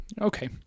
Okay